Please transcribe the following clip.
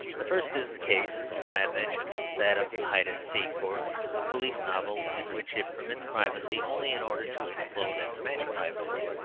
the first is the case i have mentioned that of hide-and-seek, or the police novel, in which it permits privacy only in order to explode and smash privacy.